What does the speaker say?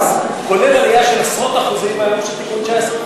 כולל עלייה של עשרות אחוזים מהיום שתיקון 19 חוקק.